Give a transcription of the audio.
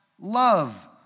love